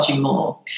More